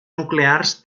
nuclears